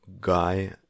guy